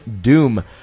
Doom